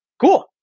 cool